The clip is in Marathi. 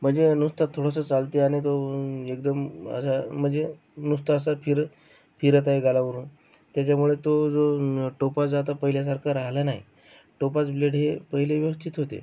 म्हणजे नुसतं थोडंसं चालते आणि तो एकदम असा म्हणजे नुसता असा फिरं फिरत आहे गालावरून त्याच्यामुळे तो जो टोपाज आता पहिल्यासारखा राह्यला नाही टोपाज ब्लेड हे पहिले व्यवस्थित होते